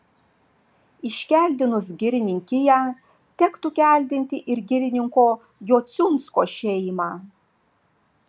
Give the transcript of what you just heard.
iškeldinus girininkiją tektų keldinti ir girininko jociunsko šeimą